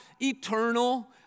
eternal